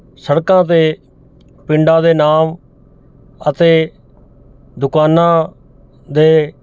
ਸੜਕਾਂ 'ਤੇ ਪਿੰਡਾਂ ਦੇ ਨਾਮ ਅਤੇ ਦੁਕਾਨਾਂ ਦੇ